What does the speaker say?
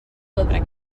lyfrau